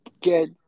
get